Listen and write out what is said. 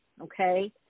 okay